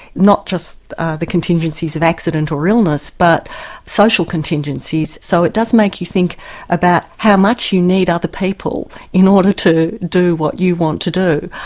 not just the contingencies of accident or illness, but social contingencies. so it does make you think about how much you need other people in order to do what you want to do.